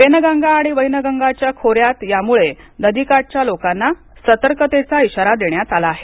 पेनगंगा आणि वैनगंगेच्या खोऱ्यात त्यामुळे नदीकाठच्या लोकांना सतर्कतेचा इशारा देण्यात आला आहे